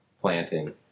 planting